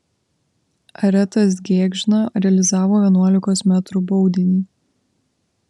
aretas gėgžna realizavo vienuolikos metrų baudinį